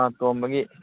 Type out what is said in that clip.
ꯑꯥ ꯇꯣꯝꯕꯒꯤ